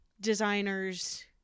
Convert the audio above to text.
designers